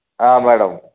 madam